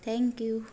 thank you